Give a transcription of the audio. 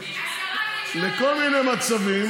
לכל מיני מצבים,